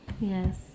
Yes